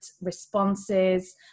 responses